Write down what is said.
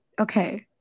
okay